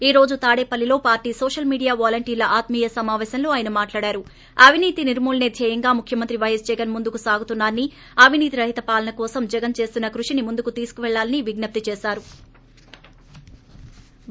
ఈ రోజు తాడేపల్లిలో పార్షీ సోషల్ మీడియా వలంటీర్ల ఆత్మీయొ సమాపేశంలో ఆయన మాట్లాడుతూ అవినీతి నిర్మాలనే ధ్యేయంగా ముఖ్యమంత్రి పైఎస్ జగన్ ముందుకు సాగుతున్నారని అవినీతి రహిత పాలన కోసం జగన్ చేస్తున్న కృషిని ముందుకు తీసుకెళ్లాలని విజ్న ప్తి చేశారు